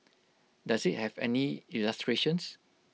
does IT have any illustrations